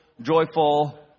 joyful